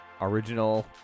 original